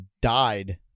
died